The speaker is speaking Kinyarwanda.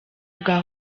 bwa